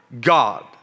God